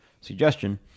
suggestion